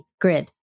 grid